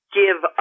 give